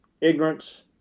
ignorance